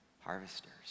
harvesters